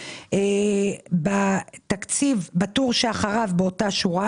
21,0794,000, בטור שאחריו באותה שורה,